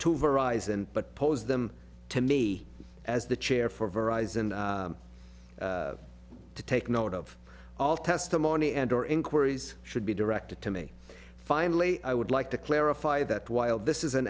two varieties and but pose them to me as the chair for verizon to take note of all testimony and or inquiries should be directed to me finally i would like to clarify that while this is an